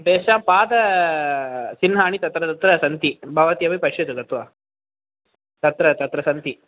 तेषां पाद चिह्नानि तत्र तत्र सन्ति भवती अपि पश्यतु तत्र गत्वा तत्र तत्र सन्ति